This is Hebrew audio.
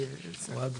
מציגה.